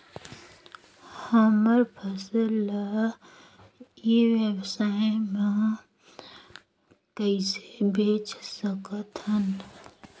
हमर फसल ल ई व्यवसाय मे कइसे बेच सकत हन?